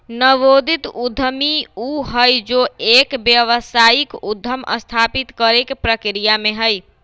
नवोदित उद्यमी ऊ हई जो एक व्यावसायिक उद्यम स्थापित करे के प्रक्रिया में हई